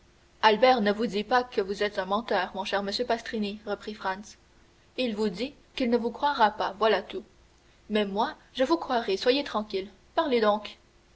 albert ne vous dit pas que vous êtes un menteur mon cher monsieur pastrini reprit franz il vous dit qu'il ne vous croira pas voilà tout mais moi je vous croirai soyez tranquille parlez donc